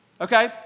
Okay